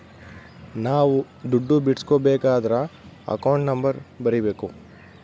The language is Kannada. ನಾವ್ ದುಡ್ಡು ಬಿಡ್ಸ್ಕೊಬೇಕದ್ರ ಅಕೌಂಟ್ ನಂಬರ್ ಬರೀಬೇಕು